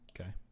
Okay